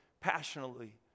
passionately